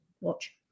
watch